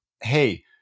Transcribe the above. Hey